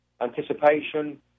anticipation